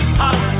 hot